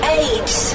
eight